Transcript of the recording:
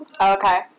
Okay